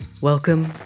welcome